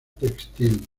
textil